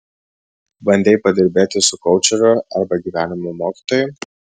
bandei padirbėti su koučeriu arba gyvenimo mokytoju